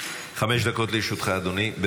חמש דקות לרשותך, אדוני.